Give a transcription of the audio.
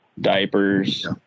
diapers